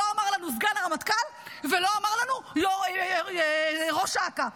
לא אמר לנו סגן הרמטכ"ל ולא אמר לנו ראש אכ"א?